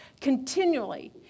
continually